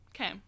okay